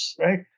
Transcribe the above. Right